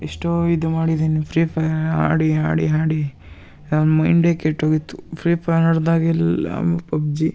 ಎಷ್ಟೋ ಇದು ಮಾಡಿದ್ದೀನಿ ಫ್ರೀ ಫೈಯರ್ ಆಡಿ ಆಡಿ ಆಡಿ ನನ್ನ ಮೈಂಡೇ ಕೆಟ್ಟೋಗಿತ್ತು ಫ್ರೀ ಫೈರ್ ನೋಡಿದಾಗೆಲ್ಲ ಆಮೇಲೆ ಪಬ್ಜಿ